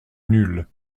nuls